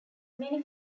many